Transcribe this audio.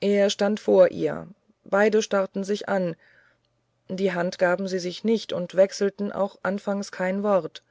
er stand vor ihr beide starrten sich an die hand gaben sie sich nicht und wechselten auch anfangs kein wort